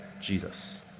Jesus